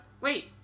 wait